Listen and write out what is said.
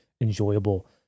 enjoyable